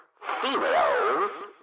females